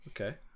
Okay